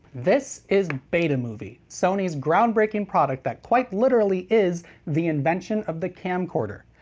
this is betamovie, sony's groundbreaking product that quite literally is the invention of the camcorder.